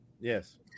Yes